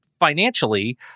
financially